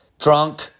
drunk